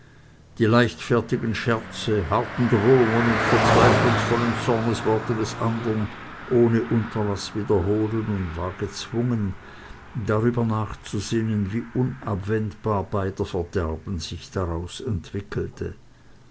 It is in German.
die leichtfertigen scherze harten drohungen und verzweiflungsvollen zornworte des andern ohne unterlaß wiederholen und war gezwungen darüber nachzusinnen wie unabwendbar beider verderben sich daraus entwickelte